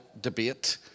debate